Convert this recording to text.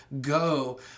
go